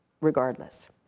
regardless